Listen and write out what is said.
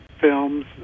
films